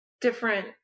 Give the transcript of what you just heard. different